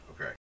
okay